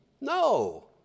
No